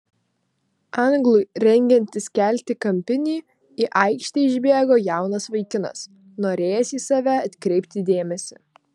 anglui rengiantis kelti kampinį į aikštę išbėgo jaunas vaikinas norėjęs į save atkreipti dėmesį